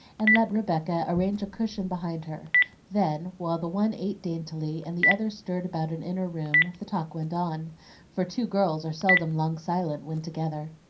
and let rebecca arrange a cushion behind her then, while the one ate daintily, and the other stirred about an inner room, the talk went on for two girls are seldom long silent when together.